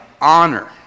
honor